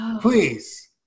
Please